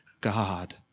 God